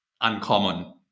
uncommon